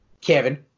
Kevin